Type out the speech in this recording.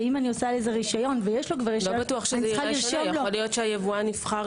ואם אני עושה רשיון- -- יכול להיות שהיבואן יבחר